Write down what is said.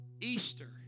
Easter